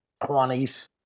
20s